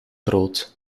brood